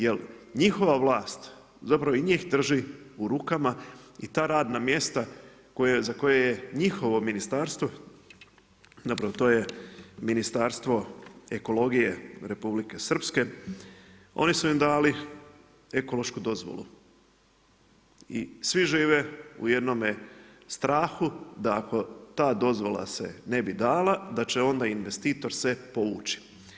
Jer njihova vlast zapravo i njih drži u rukama i ta radna mjesta za koje je njihovo ministarstvo, zapravo to je Ministarstvo ekologije Republike Srpske, oni su im dali ekološku dozvolu i svi žive u jednome strahu, da ako ta dozvola se ne bi dala, da će onda investitor se povući.